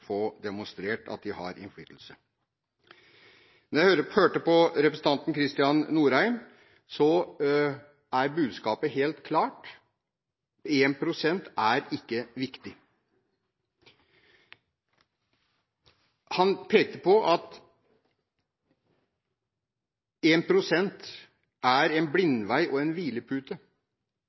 få «demonstrert» at de har innflytelse? Da jeg hørte på representanten Kristian Norheim, var budskapet helt klart: 1 pst. er ikke viktig. Han pekte på at 1 pst. er «en blindvei» og «en hvilepute»,